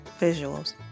Visuals